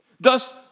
Thus